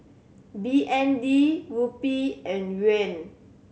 B N D Rupee and Yuan